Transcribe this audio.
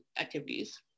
activities